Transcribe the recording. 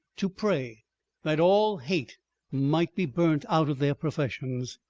to pray that all hate might be burnt out of their professions.